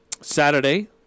Saturday